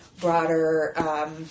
broader